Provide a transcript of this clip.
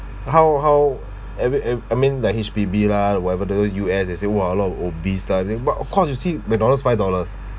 how how every e~ I mean like H_P_B lah whatever those U_S they say !wah! a lot of obese lah then what of course you see mcdonald's five dollars